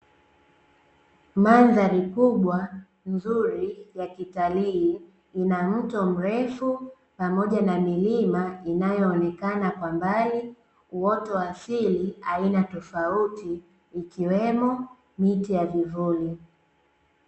Mandhari kubwa nzuri ya kitalii, ina mto mrefu pamoja na milima inayoonekana kwa mbali, uoto wa asili aina tofauti ikiwemo miti ya vivuli.